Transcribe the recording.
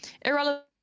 irrelevant